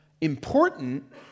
Important